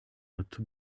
notre